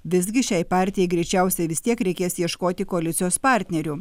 visgi šiai partijai greičiausiai vis tiek reikės ieškoti koalicijos partnerių